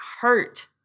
hurt